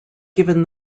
given